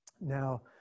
Now